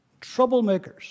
Troublemakers